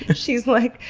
she's like,